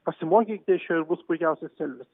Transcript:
pasimokykite iš jo ir bus puikiausias selfis